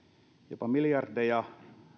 jopa miljardeja